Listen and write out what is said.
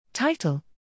Title